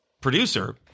producer